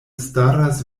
staras